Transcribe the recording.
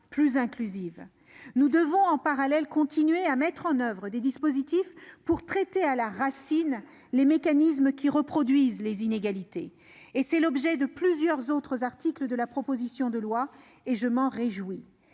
plus inclusive. Nous devons parallèlement continuer à mettre en oeuvre des dispositifs permettant de traiter à la racine les mécanismes qui reproduisent les inégalités. C'est l'objet de plusieurs autres articles de cette proposition de loi ; je m'en réjouis.